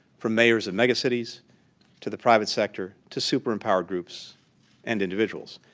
for mayors of megacities to the private sector to super empowered groups and individuals.